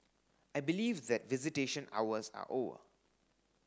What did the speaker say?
I believe that visitation hours are over